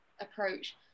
approach